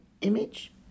image